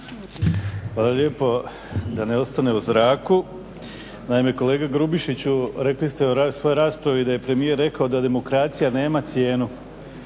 Hvala lijepo. Da ne ostane u zraku, naime kolega Grubišiću, rekli ste na svojoj raspravi da je premijer rekao da demokracija nema cijenu,